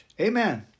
Amen